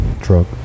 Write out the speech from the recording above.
Truck